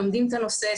לומדים את הנושא,